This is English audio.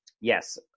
Yes